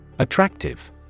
Attractive